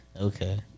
okay